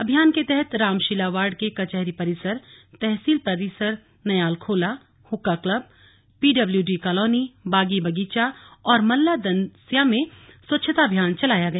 अभियान के तहत रामशिला वार्ड के कचहरी परिसर तहसील परिसर Nayalkhola Hukka club PWD colony बागी बगीचा और मल्ला दन्या में स्वच्छता अभियान चलाया गया